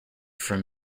from